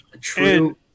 True